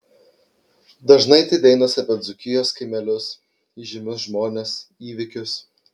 dažnai tai dainos apie dzūkijos kaimelius įžymius žmones įvykius